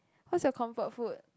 what's your comfort food